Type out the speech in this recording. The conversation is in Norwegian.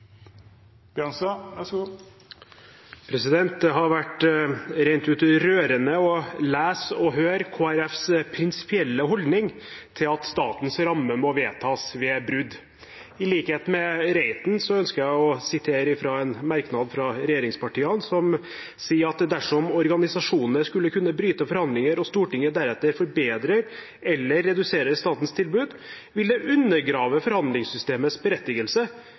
Det har vært rett ut rørende å lese og høre Kristelig Folkepartis prinsipielle holdning til at statens ramme må vedtas ved brudd. I likhet med Reiten ønsker jeg å sitere fra en merknad fra regjeringspartiene, som sier: «Dersom organisasjonene skulle kunne bryte forhandlinger og Stortinget deretter forbedrer eller reduserer statens tilbud, vil det undergrave forhandlingssystemets berettigelse.